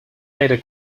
later